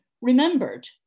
remembered